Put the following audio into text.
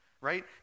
right